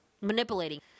manipulating